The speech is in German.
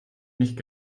nicht